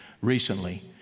recently